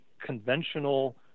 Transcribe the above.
conventional